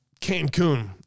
Cancun